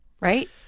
right